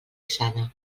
sana